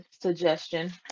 suggestion